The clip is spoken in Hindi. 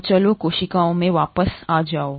तो चलें कोशिकाओं में वापस आ जाओ